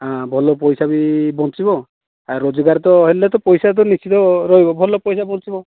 ହଁ ଭଲ ପଇସା ବି ବଞ୍ଚିବ ଆଉ ରୋଜଗାର ତ ହେଲେ ତ ପଇସା ତ ନିଶ୍ଚିତ ରହିବ ଭଲ ପଇସା ବଞ୍ଚିବ